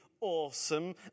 awesome